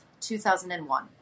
2001